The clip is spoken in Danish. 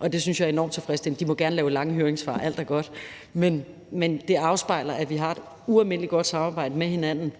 og det synes jeg er enormt tilfredsstillende. De må gerne lave lange høringssvar, alt er godt. Men det afspejler, at vi har et ualmindelig godt samarbejde